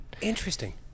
Interesting